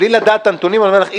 בלי לדעת את הנתונים אני אומר לך שלא